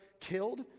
killed